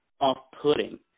off-putting